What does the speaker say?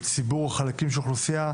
ציבור או חלקים של אוכלוסייה,